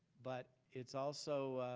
but it's also